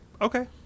okay